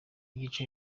yica